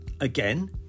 Again